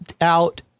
out